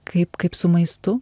kaip kaip su maistu